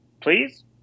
please